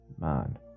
Man